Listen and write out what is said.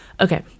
Okay